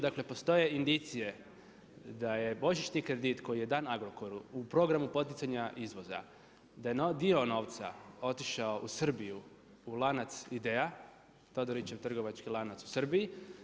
Dakle, postoje indicije da je božićni kredit koji je dan Agrokoru u programu poticanja izvoza, da je dio novca otišao u Srbiju u lanac IDEA, Todorićev trgovački lanac u Srbiji.